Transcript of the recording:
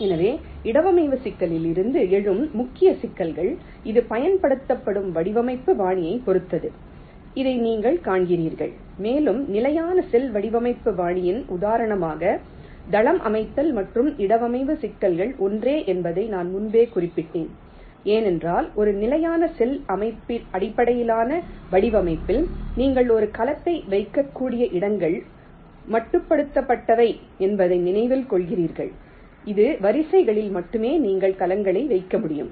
எனவே இடவமைவு சிக்கலில் இருந்து எழும் முக்கிய சிக்கல்கள் இது பயன்படுத்தப்படும் வடிவமைப்பு பாணியைப் பொறுத்தது இதை நீங்கள் காண்கிறீர்கள் மேலும் நிலையான செல் வடிவமைப்பு பாணியில் உதாரணமாக தளம் அமைத்தல் மற்றும் இடவமைவு சிக்கல்கள் ஒன்றே என்பதை நான் முன்பே குறிப்பிட்டேன் ஏனென்றால் ஒரு நிலையான செல் அடிப்படையிலான வடிவமைப்பில் நீங்கள் ஒரு கலத்தை வைக்கக்கூடிய இடங்கள் மட்டுப்படுத்தப்பட்டவை என்பதை நினைவில் கொள்கிறீர்கள் இது வரிசைகளில் மட்டுமே நீங்கள் கலங்களை வைக்க முடியும்